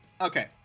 Okay